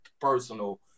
personal